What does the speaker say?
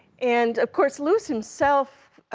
and, of course, lewis himself